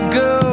go